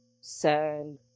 sand